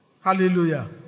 Hallelujah